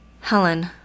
Helen